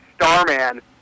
Starman